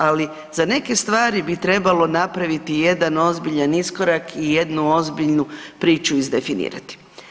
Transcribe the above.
Ali za neke stvari bi trebalo napraviti jedan ozbiljan iskorak i jednu ozbiljnu priču izdefinirati.